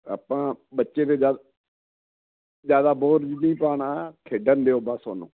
ਆਪਾਂ ਬੱਚੇ 'ਤੇ ਜਦ ਜਿਆਦਾ ਬੋਝ ਵੀ ਪਾਉਣਾ ਖੇਡਣ ਦਿਓ ਬਸ ਉਹਨੂੰ